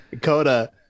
Coda